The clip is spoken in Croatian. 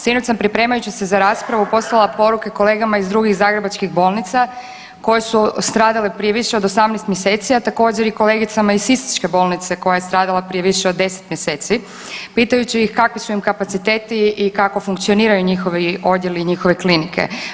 Sinoć sam pripremajući se za raspravu poslala poruke kolegama iz drugih zagrebačkih bolnica koje su stradale prije više od 18 mjeseci, a također i kolegicama iz sisačke bolnice koja je stradala prije više od 10 mjeseci pitajući ih kakvi su im kapaciteti i kako funkcioniraju njihovi odjeli i njihove klinike.